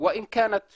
אשר נחשבה